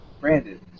Brandon